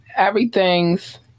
everything's